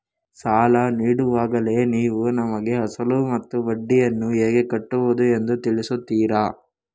ಸಾಲ ನೀಡುವಾಗಲೇ ನೀವು ನಮಗೆ ಅಸಲು ಮತ್ತು ಬಡ್ಡಿಯನ್ನು ಹೇಗೆ ಕಟ್ಟುವುದು ಎಂದು ತಿಳಿಸುತ್ತೀರಾ?